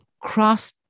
cross